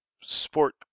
sport